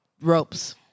ropes